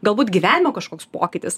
galbūt gyvenimo kažkoks pokytis